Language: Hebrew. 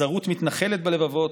הזרות מתנחלת בלבבות,